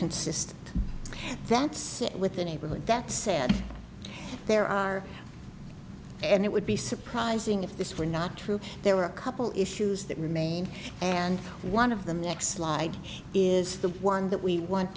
consistent that's with the neighborhood that said there are and it would be surprising if this were not true there were a couple issues that remain and one of them next slide is the one that we want